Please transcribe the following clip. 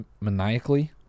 maniacally